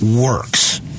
works